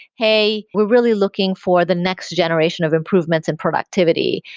hey, we're really looking for the next generation of improvements and productivity.